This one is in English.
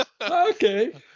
Okay